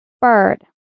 Bird